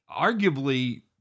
arguably